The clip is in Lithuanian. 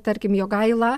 tarkim jogaila